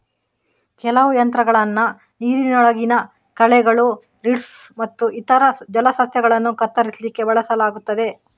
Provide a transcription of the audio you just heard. ಕೆಲವು ಯಂತ್ರಗಳನ್ನ ನೀರಿನೊಳಗಿನ ಕಳೆಗಳು, ರೀಡ್ಸ್ ಮತ್ತು ಇತರ ಜಲಸಸ್ಯಗಳನ್ನ ಕತ್ತರಿಸ್ಲಿಕ್ಕೆ ಬಳಸಲಾಗ್ತದೆ